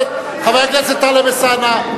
חבר הכנסת טלב אלסאנע.